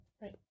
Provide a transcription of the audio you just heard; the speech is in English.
right